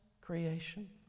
creation